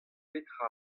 petra